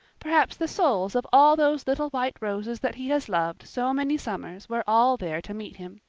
perhaps the souls of all those little white roses that he has loved so many summers were all there to meet him.